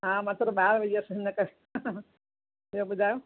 हा मां थोरो ॿाहिरि वेई हुअसि इनकरे ॿियों ॿुधायो